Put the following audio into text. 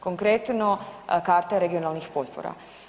Konkretno, karte regionalnih potpora.